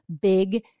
big